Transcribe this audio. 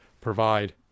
provide